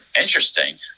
Interesting